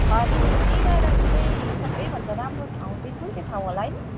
हजुर tea garden चाहिँ सबै भन्दा राम्रो ठाउँ चाहिँ कुन चाहिँ ठाउँ होला है